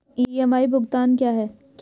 EMI भुगतान क्या है?